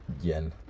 yen